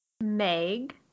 Meg